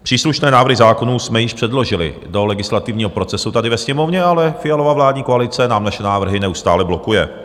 Příslušné návrhy zákonů jsme již předložili do legislativního procesu tady ve Sněmovně, ale Fialova vládní koalice nám naše návrhy neustále blokuje.